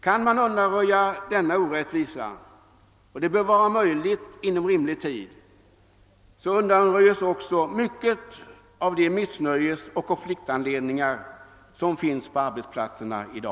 Kan man undanröja denna orättvisa, och det bör vara möjligt inom rimlig tid, försvinner också många av missnöjesoch konfliktanledningarna på arbetsplatserna.